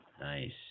Nice